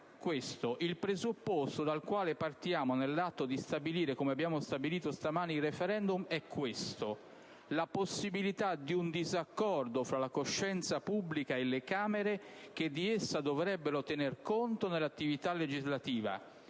«Il presupposto dal quale partiamo nell'atto di stabilire, come abbiamo stabilito stamane, il *referendum* è questo: la possibilità di un disaccordo, fra la coscienza pubblica e le Camere che di essa dovrebbero tener conto nell'attività legislativa.